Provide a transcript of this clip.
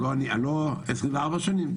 24 שנים?